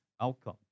outcome